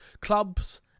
clubs